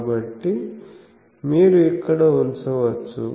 కాబట్టి మీరు ఇక్కడ ఉంచవచ్చు